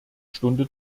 stunde